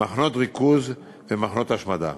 מחנות ריכוז ומחנות השמדה.